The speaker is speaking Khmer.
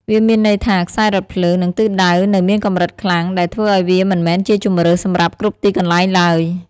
វាមានន័យថា ខ្សែរថភ្លើង និងទិសដៅនៅមានកម្រិតខ្លាំង ដែលធ្វើឱ្យវាមិនមែនជាជម្រើសសម្រាប់គ្រប់ទីកន្លែងឡើយ។